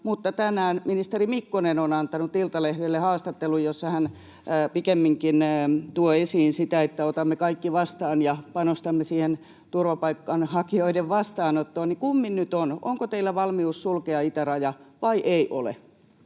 mutta tänään ministeri Mikkonen on antanut Iltalehdelle haastattelun, jossa hän pikemminkin tuo esiin, että otamme kaikki vastaan ja panostamme siihen turvapaikanhakijoiden vastaanottoon. Kummin nyt on, onko teillä valmius sulkea itäraja vai ei?